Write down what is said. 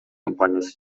компаниясы